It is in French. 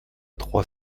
trois